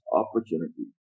opportunity